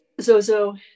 Zozo